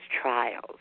trials